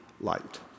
light